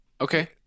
Okay